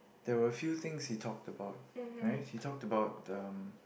there were few things he talked about right he talked about um